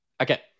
Okay